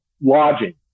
Lodging